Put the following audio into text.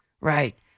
right